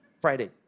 Friday